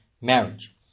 marriage